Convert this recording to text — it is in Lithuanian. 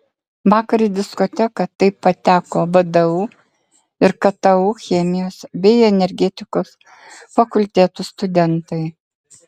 vakar į diskoteką taip pateko vdu ir ktu chemijos bei energetikos fakultetų studentai